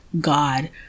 God